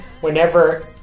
whenever